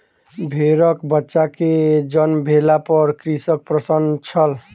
भेड़कबच्चा के जन्म भेला पर कृषक प्रसन्न छल